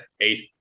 eight